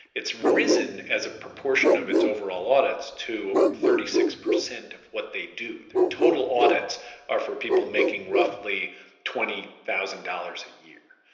its risen as a proportion of its overall audits to thirty six percent of what they do. their total audits are for people making roughly twenty thousand dollars a year.